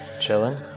Chilling